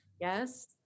Yes